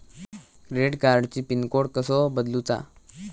Credit कार्डची pin code कसो बदलुचा?